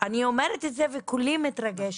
אני אומרת את זה וכולי מתרגשת.